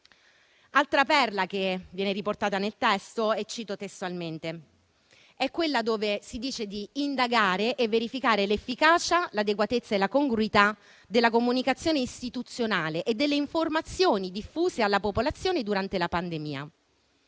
Altra perla che viene riportata nel testo - la cito testualmente - è quella che dice di indagare e verificare l'efficacia, l'adeguatezza e la congruità della comunicazione istituzionale e delle informazioni diffuse alla popolazione durante la pandemia.